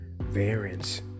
variance